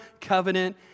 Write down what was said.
covenant